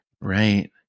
right